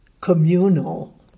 communal